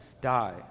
Die